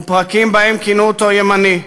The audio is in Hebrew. ופרקים שבהם כינו אותו "ימני",